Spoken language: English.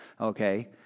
okay